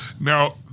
Now